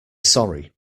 sorry